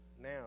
now